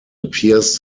appears